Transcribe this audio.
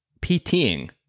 PTing